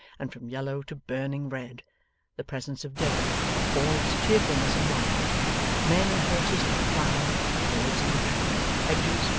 and from yellow to burning red the presence of day, with all its cheerfulness and life men and horses at the plough birds in the trees and hedges,